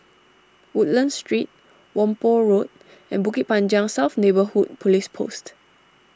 Woodlands Street Whampoa Road and Bukit Panjang South Neighbourhood Police Post